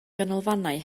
ganolfannau